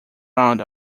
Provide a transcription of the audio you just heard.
round